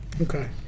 Okay